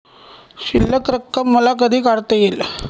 शिल्लक रक्कम मला कधी काढता येईल का?